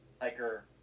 hiker